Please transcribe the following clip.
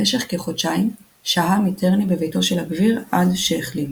במשך כחודשיים שהה מיטרני בביתו של הגביר עד שהחלים.